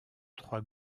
trois